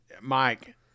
Mike